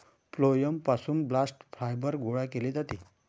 phloem पासून bast fibre गोळा केले जाते